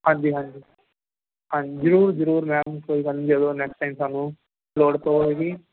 ਹਾਂਜੀ ਹਾਂਜੀ ਹਾਂਜੀ ਜ਼ਰੂਰ ਜ਼ਰੂਰ ਮੈਂ ਕੋਈ ਗੱਲ ਨਹੀਂ ਜਦੋਂ ਨੈਕਸਟ ਟਾਈਮ ਸਾਨੂੰ ਲੋੜ ਪਵੇਗੀ